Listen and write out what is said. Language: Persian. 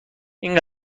این